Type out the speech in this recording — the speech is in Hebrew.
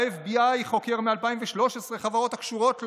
ה-FBI חוקר מ-2013 חברות הקשורות לו.